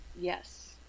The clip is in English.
yes